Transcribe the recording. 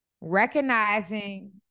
recognizing